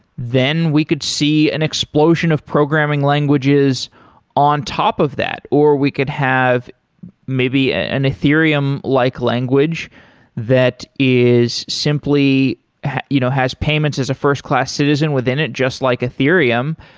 then we could see an explosion of programming languages on top of that, or we could have maybe ah an ethereum-like like language that is simply you know has payments as a first-class citizen within it just like ethereum,